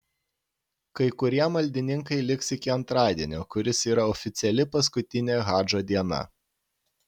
kai kurie maldininkai liks iki antradienio kuris yra oficiali paskutinė hadžo diena